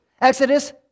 Exodus